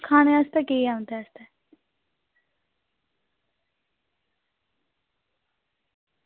खानै आस्तै केह् ऐ उंदे आस्तै इत्थें